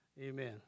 Amen